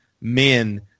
men